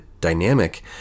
dynamic